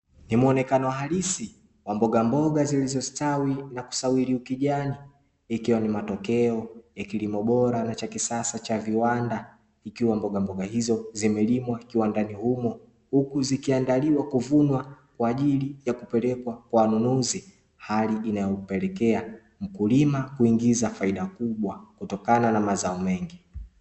Ni mwonekano halisi wa mboga mboga zilizostawi na kusawiri ukijani, ikiwa ni matokeo ya kilimo bora na cha kisasa cha viwanda ikiwa mboga mboga hizo zimelimwa kiwandani humo huku zikiandaliwa kuvunwa kwa ajili ya kupelekwa wanunuzi hali inayokupelekea mkulima kuingiza faida kubwa kutokana na mazao mengi.